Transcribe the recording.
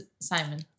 Simon